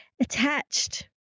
attached